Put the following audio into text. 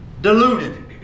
diluted